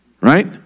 Right